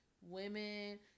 women